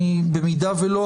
במידה ולא,